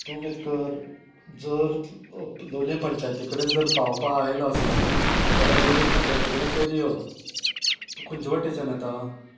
तूं कितें कर जर लोलयें पंचायती कडेन जर पावपा आयला आसत जाल्यार लोलये पंचायती कडेन पयली यो तूं खंयच्या वटेच्यान येता